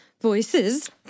voices